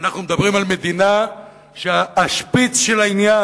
אנחנו מדברים על מדינה שהשפיץ של העניין,